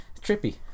trippy